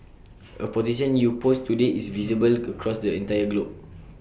A position you post today is visible across the entire globe